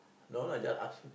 no lah just ask